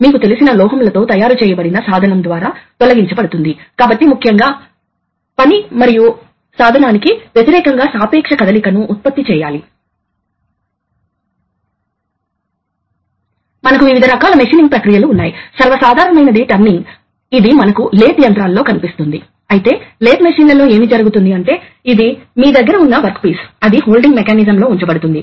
ఇది spring load చేయబడింది కాబట్టి పైలట్ ప్రెషర్ లేనప్పుడు ఈ స్ప్రింగ్ దానిని పైకి నెట్టబోతోంది మరియు ఇది మూసివేయబడుతుంది కాబట్టి వాల్వ్ రెండు వైపులా మూసివేయబడుతుంది